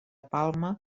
palma